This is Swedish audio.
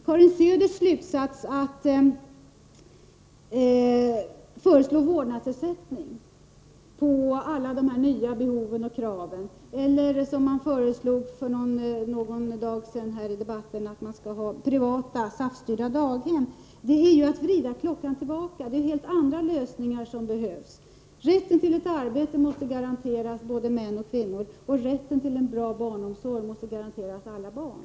Karin Söders slutsats att alla de nya behoven och kraven skall mötas med vårdnadsersättning, liksom det förslag som framfördes för någon dag sedan här i debatten om privata SAF-styrda daghem, är att vrida klockan tillbaka. Det är helt andra lösningar som behövs. Rätten till arbete måste garanteras både män och kvinnor, och rätten till en bra barnomsorg måste garanteras alla barn.